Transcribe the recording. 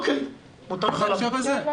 לא בהקשר הזה.